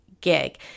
gig